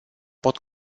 pot